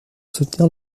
soutenir